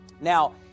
now